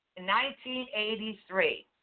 1983